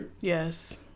Yes